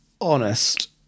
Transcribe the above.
honest